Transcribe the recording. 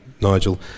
Nigel